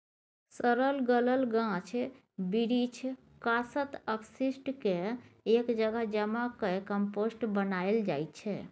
सरल गलल गाछ बिरीछ, कासत, अपशिष्ट केँ एक जगह जमा कए कंपोस्ट बनाएल जाइ छै